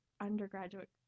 undergraduate